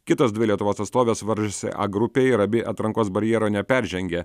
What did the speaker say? kitos dvi lietuvos atstovės varžėsi a grupėj ir abi atrankos barjero neperžengė